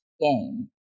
game